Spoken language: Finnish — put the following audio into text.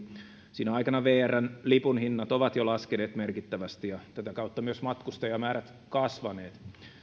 sinä aikana vrn lipunhinnat ovat jo laskeneet merkittävästi ja tätä kautta myös matkustajamäärät kasvaneet